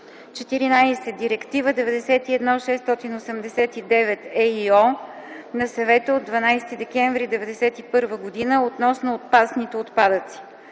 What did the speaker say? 14. Директива 91/689/ ЕИО на Съвета от 12 декември 1991 г. относно опасните отпадъци.